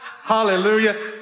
hallelujah